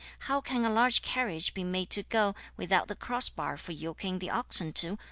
how can a large carriage be made to go without the cross-bar for yoking the oxen to,